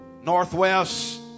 Northwest